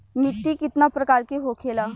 मिट्टी कितना प्रकार के होखेला?